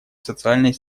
социальной